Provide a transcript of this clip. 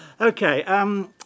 Okay